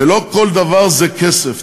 ולא כל דבר זה כסף.